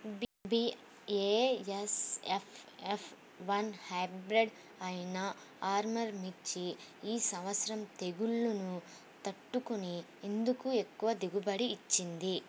BASF F one hybrid అయినా ఆర్ముర్ మిర్చి ఈ సంవత్సరం తెగుళ్లును తట్టుకొని ఎందుకు ఎక్కువ దిగుబడి ఇచ్చింది?